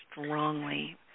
strongly